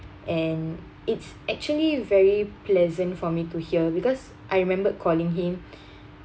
and it's actually very pleasant for me to hear because I remembered calling him